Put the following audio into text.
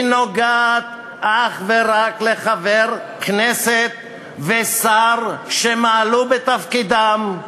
היא נוגעת אך ורק לחבר הכנסת ושר שמעלו בתפקידם,